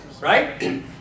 right